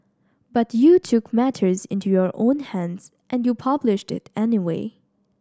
but you took matters into your own hands and you published it anyway